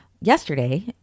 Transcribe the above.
Yesterday